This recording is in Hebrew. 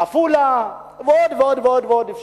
עפולה ועוד ועוד ועוד.